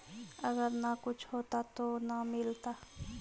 अगर न कुछ होता तो न मिलता?